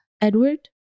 Edward